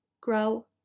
grow